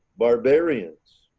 barbarians,